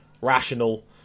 Rational